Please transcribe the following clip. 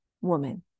woman